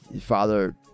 father